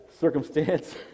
circumstance